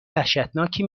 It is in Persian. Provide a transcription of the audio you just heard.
وحشتناکی